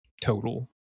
total